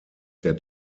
der